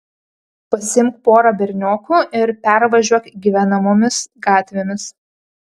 pasiimk porą berniokų ir pervažiuok gyvenamomis gatvėmis